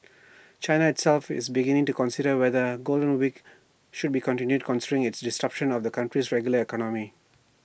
China itself is beginning to consider whether golden weeks should be continued considering its disruptions to the country's regular economy